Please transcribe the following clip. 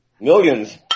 millions